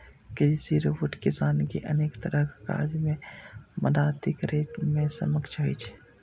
कृषि रोबोट किसान कें अनेक तरहक काज मे मदति करै मे सक्षम होइ छै